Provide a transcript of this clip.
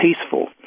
peaceful